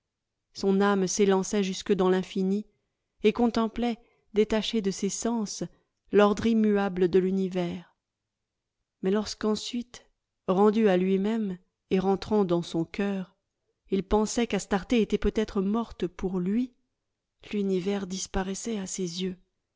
son âme s'élançait jusque dans l'infini et contemplait détachée de ses sens l'ordre immuable de l'univers mais lorsque ensuite rendu à lui-même et rentrant dans son coeur il pensait qu'astarté était peut-être morte pour lui l'univers disparaissait à ses yeux